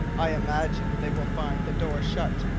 i imagine they will find the door shut,